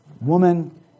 Woman